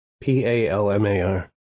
p-a-l-m-a-r